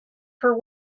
her